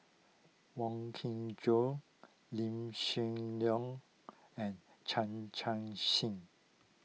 Wong Kin Jong Lim Soo and Chan Chun Sing